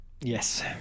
Yes